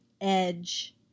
Edge